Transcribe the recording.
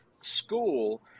school